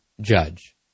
judge